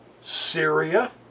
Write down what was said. Syria